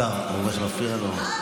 השר, הוא אומר שמפריע לו.